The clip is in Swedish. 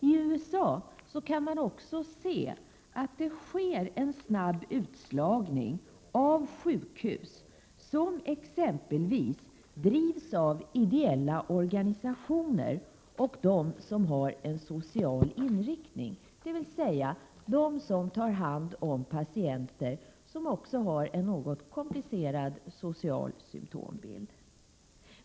I USA sker också en snabb utslagning av sjukhus som exempelvis drivs av ideella organisationer och som har en social inriktning, dvs. de som tar hand om patienter med en något komplicerad social symptombild.